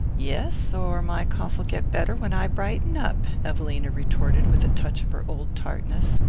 yes or my cough'll get better when i brighten up, evelina retorted with a touch of her old tartness.